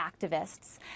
activists